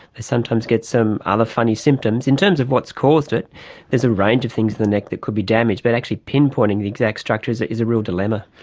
they sometimes get some other funny symptoms. in terms of what's caused it there's a range of things in the neck that could be damaged, but actually pinpointing the exact structure is is a real dilemma.